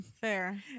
Fair